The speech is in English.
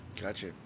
Gotcha